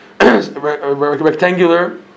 rectangular